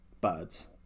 birds